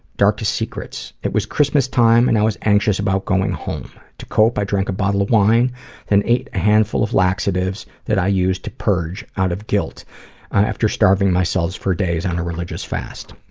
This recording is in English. darkest secrets. it was christmastime and i was anxious about going home. to cope, i drank a bottle of wine, and then ate a handful of laxatives that i used to purge out of guilt after starving myself for days on a religious fast.